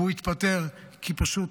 והוא התפטר, כי פשוט